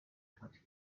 twenty